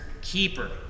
keeper